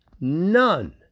None